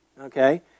okay